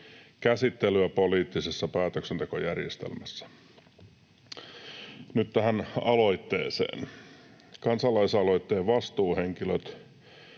käsittelyä poliittisessa päätöksentekojärjestelmässä. Nyt tähän aloitteeseen. Kansalaisaloitteen vastuuhenkilöt,